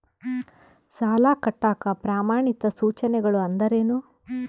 ಸಾಲ ಕಟ್ಟಾಕ ಪ್ರಮಾಣಿತ ಸೂಚನೆಗಳು ಅಂದರೇನು?